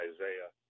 Isaiah